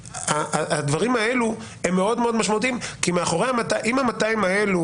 הדברים האלה הם מאוד משמעותיים, כי אם ה-200 האלה